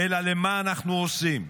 אלא למה אנחנו עושים.